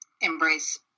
embrace